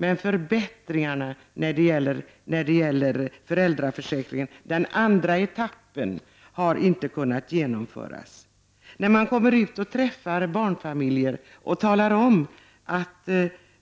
Men förbättringarna av föräldraförsäkringen, den andra etappen, har inte kunnat genomföras. När man kommer ut och träffar barnfamiljer och talar om att